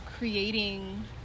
creating